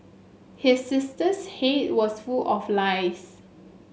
his sister's head was full of lice